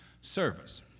service